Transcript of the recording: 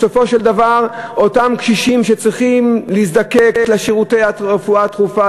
בסופו של דבר אותם קשישים שנזקקים לשירותי הרפואה הדחופה,